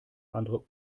andere